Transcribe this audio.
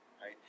right